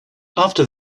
after